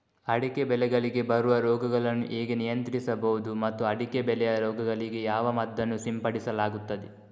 ಅಡಿಕೆ ಬೆಳೆಗಳಿಗೆ ಬರುವ ರೋಗಗಳನ್ನು ಹೇಗೆ ನಿಯಂತ್ರಿಸಬಹುದು ಮತ್ತು ಅಡಿಕೆ ಬೆಳೆಯ ರೋಗಗಳಿಗೆ ಯಾವ ಮದ್ದನ್ನು ಸಿಂಪಡಿಸಲಾಗುತ್ತದೆ?